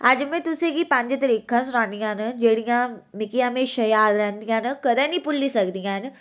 अज्ज में तुसेंगी पंज तरीकां सनानियां न जेह्ड़ियां मिगी हमेशा याद रौंह्दियां न कदें निं भुल्ली सकदियां न